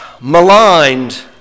maligned